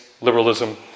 liberalism